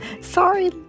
sorry